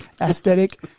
Aesthetic